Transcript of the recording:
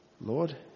Lord